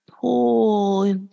pull